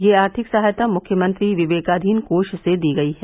यह आर्थिक सहायता मुख्यमंत्री विवेकाधीन कोष से दी गई है